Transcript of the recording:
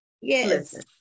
Yes